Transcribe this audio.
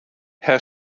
herr